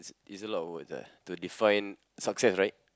it's it's a lot of words ah to define success right